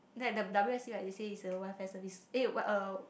like the W_S_C like they say is a welfare service eh uh